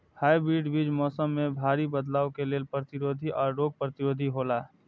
hybrid बीज मौसम में भारी बदलाव के लेल प्रतिरोधी और रोग प्रतिरोधी हौला